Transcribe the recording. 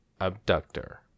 Abductor